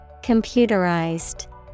Computerized